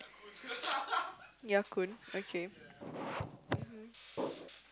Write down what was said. Ya-Kun okay